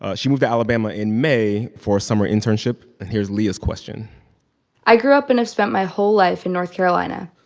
ah she moved to alabama in may for a summer internship. and here's leah's question i grew up and i spent my whole life in north carolina,